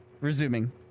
Resuming